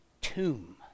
tomb